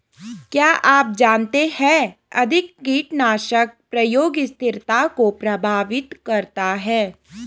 क्या आप जानते है अधिक कीटनाशक प्रयोग स्थिरता को प्रभावित करता है?